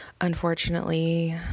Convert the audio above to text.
Unfortunately